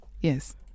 Yes